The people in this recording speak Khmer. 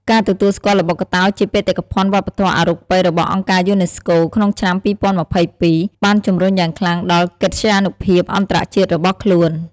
ការទទួលស្គាល់ល្បុក្កតោជាបេតិកភណ្ឌវប្បធម៌អរូបីរបស់អង្គការយូណេស្កូក្នុងឆ្នាំ២០២២ បានជំរុញយ៉ាងខ្លាំងដល់កិត្យានុភាពអន្តរជាតិរបស់ខ្លួន។